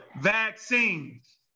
vaccines